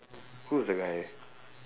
who is the guy